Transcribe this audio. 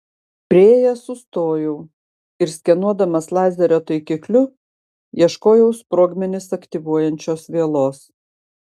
priėjęs sustojau ir skenuodamas lazerio taikikliu ieškojau sprogmenis aktyvuojančios vielos